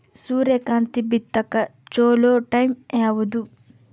ಸೂರ್ಯಕಾಂತಿ ಬಿತ್ತಕ ಚೋಲೊ ಟೈಂ ಯಾವುದು?